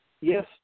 Yes